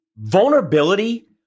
vulnerability